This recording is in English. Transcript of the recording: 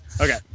okay